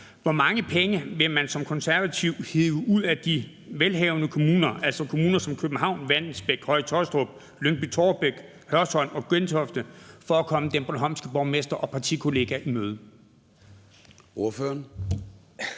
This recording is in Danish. Hvor mange penge vil man som konservativ hive ud af de velhavende kommuner, altså kommuner som København, Vallensbæk, Høje-Taastrup, Lyngby-Taarbæk, Hørsholm og Gentofte, for at komme den bornholmske borgmester og ordførerens partikollega i møde?